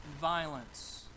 violence